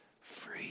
free